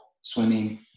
swimming